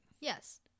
Yes